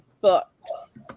books